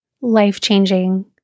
life-changing